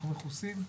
אנחנו מכוסים?